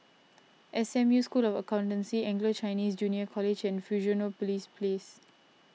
S M U School of Accountancy Anglo Chinese Junior College and Fusionopolis Place